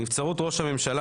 נבצרות ראש הממשלה,